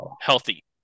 Healthy